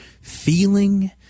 feeling